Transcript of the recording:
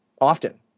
often